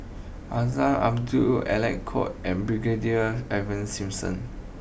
Azman Abdullah Alec Kuok and Brigadier Ivan Simson